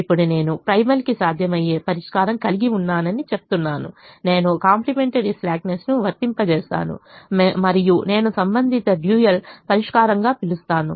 ఇప్పుడు నేను ప్రైమల్కి సాధ్యమయ్యే పరిష్కారం కలిగి ఉన్నానని చెప్తున్నాను నేను కాంప్లిమెంటరీ స్లాక్నెస్ను వర్తింపజేస్తాను మరియు నేను సంబంధిత డ్యూయల్ పరిష్కారంగా పిలుస్తాను